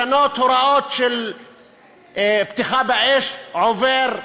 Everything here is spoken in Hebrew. לשנות הוראות של פתיחה באש, עובר,